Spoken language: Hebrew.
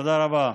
תודה רבה.